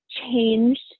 changed